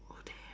oh damn